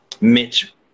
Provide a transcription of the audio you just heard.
Mitch